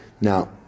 now